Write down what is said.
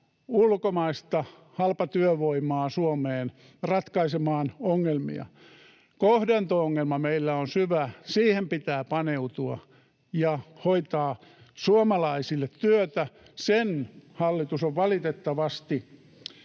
ulkomaista halpatyövoimaa Suomeen ratkaisemaan ongelmia. Kohtaanto-ongelma meillä on syvä, siihen pitää paneutua ja hoitaa suomalaisille työtä. Sen hallitus on valitettavasti